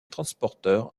transporter